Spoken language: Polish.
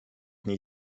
niej